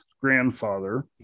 grandfather